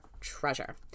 treasure